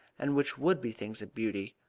and which would be things of beauty.